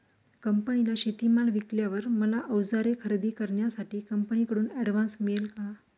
कंपनीला शेतीमाल विकल्यावर मला औजारे खरेदी करण्यासाठी कंपनीकडून ऍडव्हान्स मिळेल का?